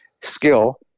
skill